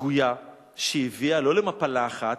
השגויה שהביאה לא למפלה אחת,